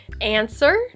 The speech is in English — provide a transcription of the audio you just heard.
Answer